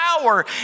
power